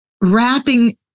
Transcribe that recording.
wrapping